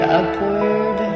upward